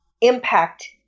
impact